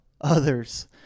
others